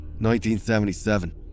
1977